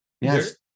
Yes